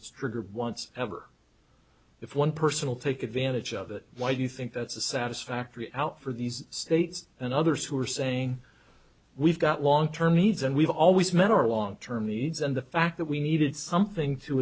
it's triggered once ever if one personal take advantage of it why do you think that's a satisfactory out for these states and others who are saying we've got long term needs and we've always meant our long term needs and the fact that we needed something to